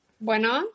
Bueno